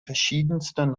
verschiedensten